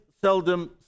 seldom